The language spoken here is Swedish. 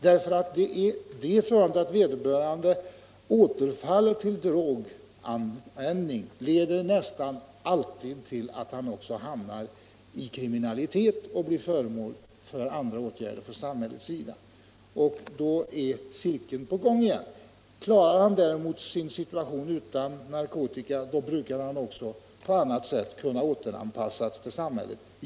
Det förhållandet att vederbörande återfaller i droganvändning leder nämligen nästan alltid till att man också hamnar i kriminalitet och blir föremål för andra åtgärder från samhällets sida, och då är cirkeln på gång igen. Klarar man däremot sin situation utan narkotika brukar man också på annat sätt kunna återanpassas till samhället.